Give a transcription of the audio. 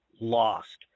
lost